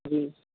جی